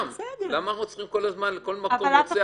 למה אנחנו צריכים כל הזמן לכל מקום "רוצח",